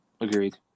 Agreed